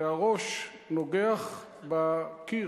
והראש נוגח בקיר,